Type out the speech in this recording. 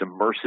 immersive